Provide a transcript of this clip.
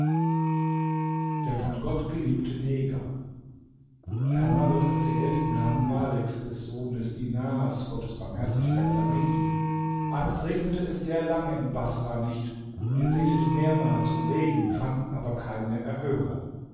der von gott geliebte neger ferner wird erzählt im namen maleks des sohnes dinars gottes barmherzigkeit sei mit ihm einst regnete es sehr lange in baßrah nicht wir beteten mehrmals um regen fanden aber keine erhörung